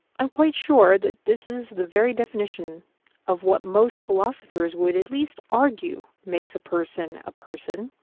i'm quite sure that this is the very definition of what most philosophers would at least argue makes a person a person,